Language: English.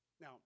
now